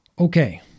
Okay